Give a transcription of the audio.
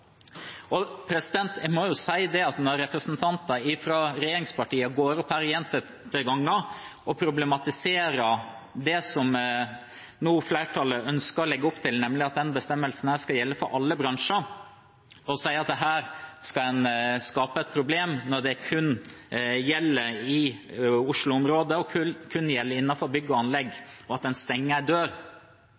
representanter fra regjeringspartiene går opp her gjentatte ganger og problematiserer det som flertallet nå ønsker å legge opp til, nemlig at denne bestemmelsen skal gjelde for alle bransjer, og sier at her skal en skape et problem når det kun gjelder i Oslo-området og kun gjelder innenfor bygg og anlegg, og at man stenger en dør, må jeg spørre: Er det sånn at man stenger døra for unge som ønsker å komme inn i